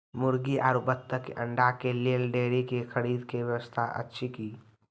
मुर्गी आरु बत्तक के अंडा के लेल डेयरी के खरीदे के व्यवस्था अछि कि?